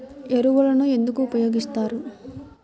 ఎరువులను ఎందుకు ఉపయోగిస్తారు?